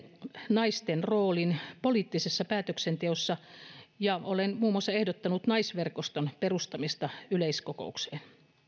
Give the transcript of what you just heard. naisten roolin poliittisessa päätöksenteossa ja olen muun muassa ehdottanut naisverkoston perustamista yleiskokoukseen